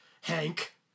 Hank